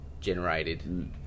generated